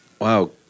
Wow